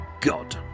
god